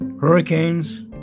hurricanes